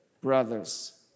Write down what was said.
brothers